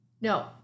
No